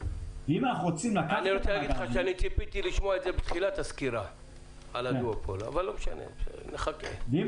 באנו לבנקים וביקשנו לדחות את התשלומים על האוטובוס כי אין